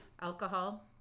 alcohol